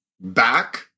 back